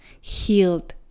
healed